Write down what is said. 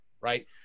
right